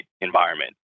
environment